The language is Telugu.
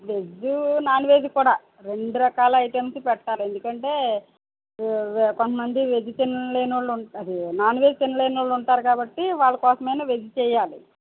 వెజ్జు నాన్ వెజ్ కూడా రెండు రకాల ఐటమ్సు పెట్టాలి ఎందుకంటే ఆ కొంతమంది వెజ్ తినలేని వారు ఉం అదే నాన్ వెజ్ తినలేని వారు ఉంటారు కాబట్టి వాళ్ళకోసం అయిన వెజ్ చేయాలి